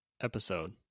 episode